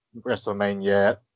WrestleMania